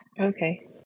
Okay